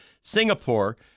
Singapore